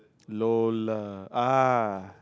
Lola ah